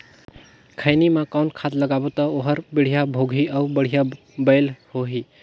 खैनी मा कौन खाद लगाबो ता ओहार बेडिया भोगही अउ बढ़िया बैल होही?